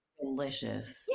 delicious